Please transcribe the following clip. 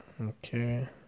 Okay